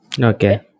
okay